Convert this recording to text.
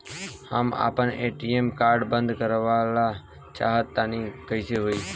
हम आपन ATM card बंद करावल चाह तनि कइसे होई?